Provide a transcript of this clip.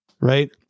right